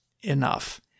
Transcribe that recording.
enough